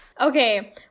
Okay